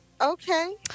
okay